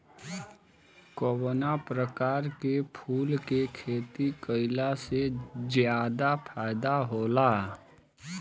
कवना प्रकार के फूल के खेती कइला से ज्यादा फायदा होला?